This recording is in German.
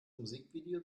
musikvideo